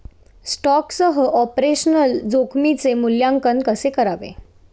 स्टॉकसह ऑपरेशनल जोखमीचे मूल्यांकन कसे करावे?